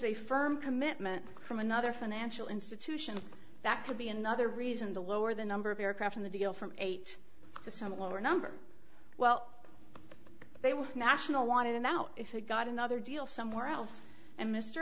a firm commitment from another financial institution that could be another reason to lower the number of aircraft in the deal from eight to some a lower number well they were national wanted him out if he got another deal somewhere else and mr